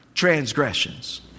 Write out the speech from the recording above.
Transgressions